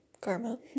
Karma